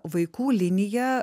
vaikų linija